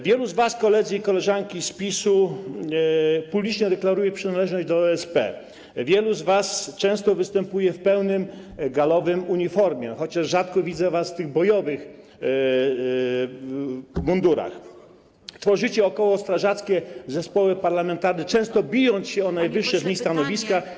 Wielu z was, koledzy i koleżanki z PiS-u, publicznie deklaruje przynależność do OSP, wielu z was często występuje w pełnym galowym uniformie - chociaż rzadko widzę was w tych bojowych mundurach - tworzycie okołostrażackie zespoły parlamentarne, często bijąc się o najwyższe w nich stanowiska.